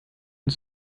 und